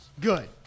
Good